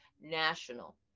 national